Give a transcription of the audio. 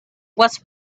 was